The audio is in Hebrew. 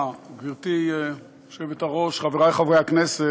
גברתי היושבת-ראש, תודה רבה, חברי חברי הכנסת,